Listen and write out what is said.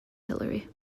hillary